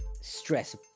stress